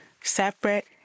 separate